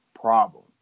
problem